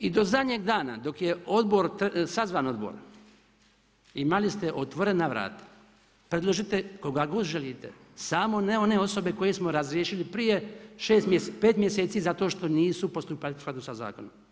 I do zadnjeg dana, dok je sazvan odbor, imali ste otvorena vrata, predložite koga god želite, samo ne one osobe koje smo razriješili prije 5 mjeseci, zato što nisu postupali u skladu sa zakonom.